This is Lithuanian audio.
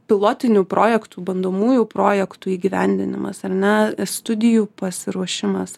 pilotinių projektų bandomųjų projektų įgyvendinimas ar ne studijų pasiruošimas